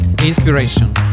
Inspiration